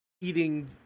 eating